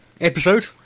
episode